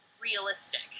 realistic